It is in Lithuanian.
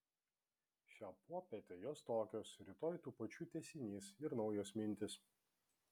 šią popietę jos tokios rytoj tų pačių tęsinys ir naujos mintys